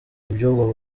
iby’ubwo